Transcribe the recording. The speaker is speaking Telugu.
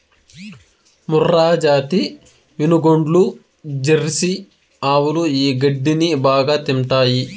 మూర్రాజాతి వినుగోడ్లు, జెర్సీ ఆవులు ఈ గడ్డిని బాగా తింటాయి